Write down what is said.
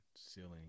ceiling